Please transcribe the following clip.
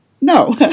No